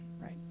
Right